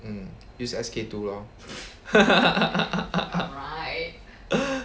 mm use S_K two lor